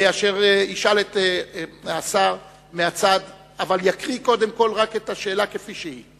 אשר ישאל את השר מהצד אבל יקריא קודם כול רק את השאלה כפי שהיא.